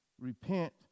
Repent